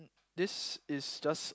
this is just